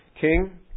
King